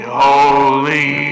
holy